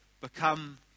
become